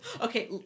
Okay